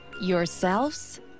Yourselves